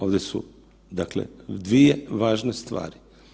Ovdje su, dakle dvije važne stvari.